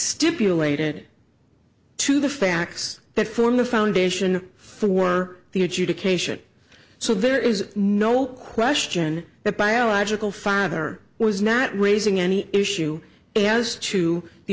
stipulated two the facts that form the foundation for the adjudication so there is no question the biological father was not raising any issue as to the